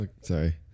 sorry